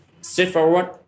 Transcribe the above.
straightforward